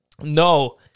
No